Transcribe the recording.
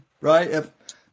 right